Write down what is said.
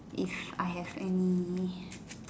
if I have any